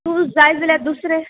तूं जाय जाल्यार दुसरें